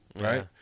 right